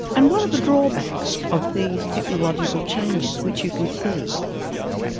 and what are the drawbacks, of these technological changes which you can see?